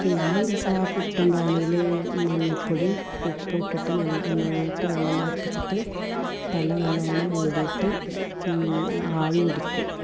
പിന്നെന്താച്ചാൽ പുട്ടുംപാനിയിൽ മഞ്ഞൾപ്പൊടിയും ഉപ്പും ഇട്ടിട്ട് നല്ല നന്നായിട്ട് വെള്ളം തിളപ്പിച്ചിട്ട് തല നല്ലവണ്ണം മൂടിയിട്ട് ആവി പിടിക്കും